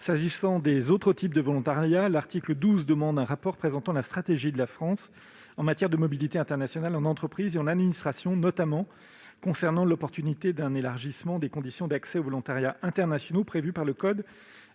S'agissant des autres types de volontariat, l'article 12 prévoit un rapport présentant la stratégie de la France en matière de mobilité internationale au sein d'entreprises et d'administrations, concernant notamment l'opportunité d'un élargissement des conditions d'accès aux volontariats internationaux prévues par le code